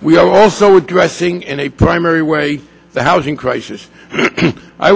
we have also addressing in a primary way the housing crisis i